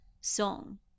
song